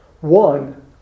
One